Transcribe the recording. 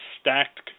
stacked